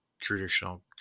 traditional